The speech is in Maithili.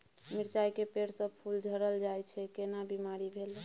मिर्चाय के पेड़ स फूल झरल जाय छै केना बीमारी भेलई?